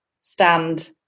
stand